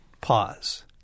Pause